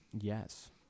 Yes